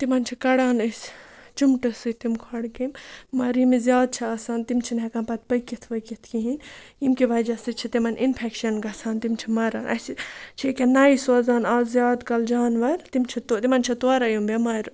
تِمَن چھِ کَڑان أسۍ چُمٹہٕ سۭتۍ تِم کھۄڈٕ کیٚمۍ مگر ییٚمِس زیادٕ چھِ آسان تِم چھِنہٕ ہٮ۪کان پَتہٕ پٔکِتھ ؤکِتھ کِہیٖنۍ ییٚمکہِ وجہ سۭتۍ چھِ تِمَن اِنفٮ۪کشَن گژھان تِم چھِ مَران اَسہِ چھِ أکیٛاہ نَیہِ سوزان اَز زیادٕ کَل جاناوَار تِم چھِ تو تِمَن چھِ تورَے یِم بٮ۪مارِ